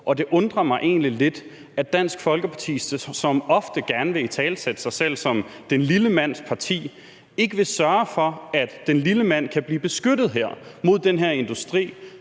det undrer mig egentlig lidt, at Dansk Folkeparti, som ofte gerne vil italesætte sig selv som den lille mands parti, ikke vil sørge for, at den lille mand kan blive beskyttet her mod den her industri,